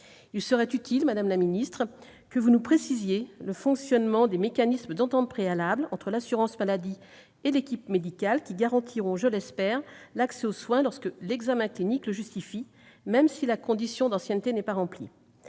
Il serait utile, madame la secrétaire d'État, que vous nous précisiez le fonctionnement des mécanismes d'entente préalable entre l'assurance maladie et l'équipe médicale qui garantiront, je l'espère, l'accès aux soins lorsque l'examen clinique le justifie, même si la condition d'ancienneté n'est pas remplie.